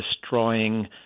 destroying